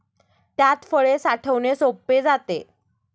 त्यात फळे साठवणे सोपे जाते